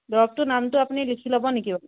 দৰৱটোৰ নামটো আপুনি লিখি ল'ব নেকি বাৰু